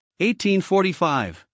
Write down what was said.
1845